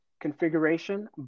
configuration